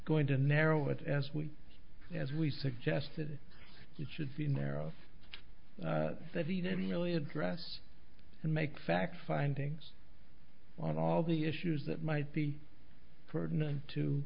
going to narrow it as we as we suggested it should be narrow that he didn't really address and make fact findings on all the issues that might be